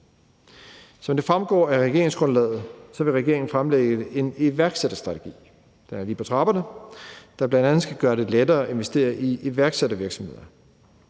Som det fremgår af regeringsgrundlaget, vil regeringen fremlægge en iværksætterstrategi – den er lige på trapperne – der bl.a. skal gøre det lettere at investere i iværksættervirksomheder,